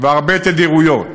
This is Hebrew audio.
והרבה תדירויות